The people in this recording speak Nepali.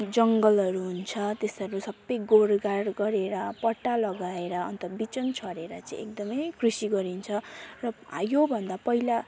जङ्गलहरू हुन्छ त्यसहरू सबै गोडगाड गरेर पट्टा लगाएर अन्त बिजन छरेर चाहिँ एकदमै कृषि गरिन्छ र योभन्दा पहिला